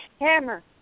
hammer